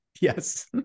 yes